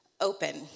open